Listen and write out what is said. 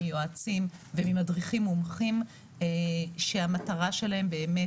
מיועצים וממדריכים מומחים שהמטרה שלהם באמת